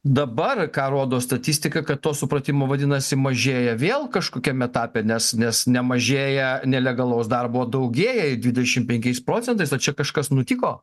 dabar ką rodo statistika kad to supratimo vadinasi mažėja vėl kažkokiam etape nes nes ne mažėja nelegalaus darboo daugėja dvidešim penkiais procentais ar čia kažkas nutiko